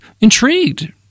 intrigued